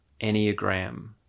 Enneagram